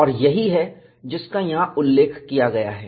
और यही है जिसका यहां उल्लेख किया गया है